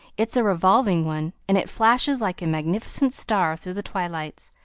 it's a revolving one, and it flashes like a magnificent star through the twilights.